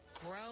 Grow